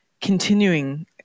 continuing